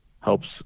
helps